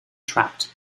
trapped